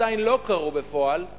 עדיין לא קרו בפועל.